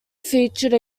featured